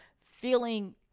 feeling